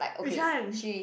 which one